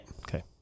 Okay